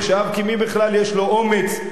כי מי בכלל יש לו אומץ לתבוע,